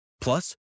Plus